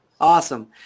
Awesome